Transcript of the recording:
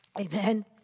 Amen